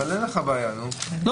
על הצעת חוק ממוזגת.